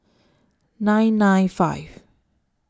nine nine five